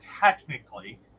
technically